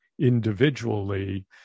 individually